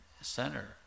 center